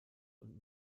und